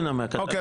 אוקיי,